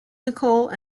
nicole